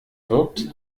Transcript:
wirkt